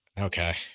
okay